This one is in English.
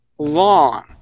long